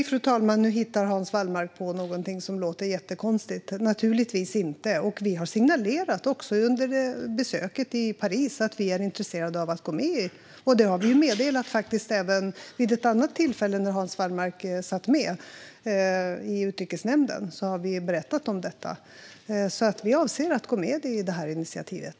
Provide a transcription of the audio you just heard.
Fru talman! Nej, nu hittar Hans Wallmark på någonting som låter jättekonstigt. Naturligtvis inte! Vi har signalerat, också under besöket i Paris, att vi är intresserade av att gå med. Det har vi även meddelat vid ett annat tillfälle när Hans Wallmark satt med, nämligen i Utrikesnämnden. Vi avser att gå med i det här initiativet.